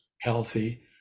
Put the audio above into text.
healthy